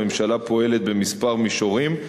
הממשלה פועלת בכמה מישורים.